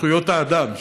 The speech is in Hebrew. זכויות האדם,